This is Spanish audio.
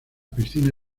piscina